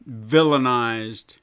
villainized